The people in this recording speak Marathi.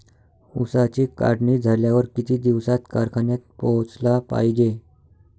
ऊसाची काढणी झाल्यावर किती दिवसात कारखान्यात पोहोचला पायजे?